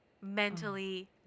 mentally